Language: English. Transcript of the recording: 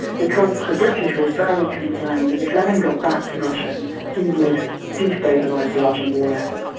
because the british were very concerned that if lenin got back to russia he would destabilise like the russian war effort.